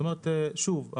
כלומר שוב,